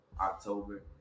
October